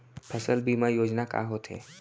फसल बीमा योजना का होथे?